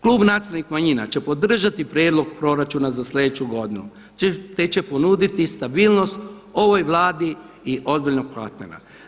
Klub nacionalnih manjina će podržati Prijedlog proračuna za sljedeću godinu te će ponuditi stabilnost ovoj Vladi i ozbiljnog partnera.